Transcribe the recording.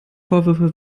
vorwürfe